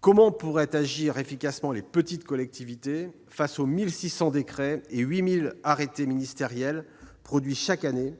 Comment pourraient agir efficacement les petites collectivités face aux 1 600 décrets et 8 000 arrêtés ministériels produits chaque année